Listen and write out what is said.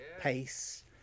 pace